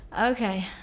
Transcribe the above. Okay